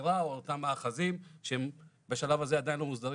צעירה או אותם מאחזים שהם בשלב הזה עדיין לא מוסדרים